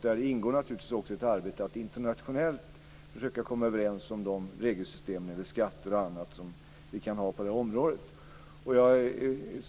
Där ingår naturligtvis också ett arbete med att internationellt försöka komma överens om de regelsystem när det gäller skatter och annat som vi kan ha på det här området.